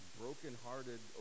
brokenhearted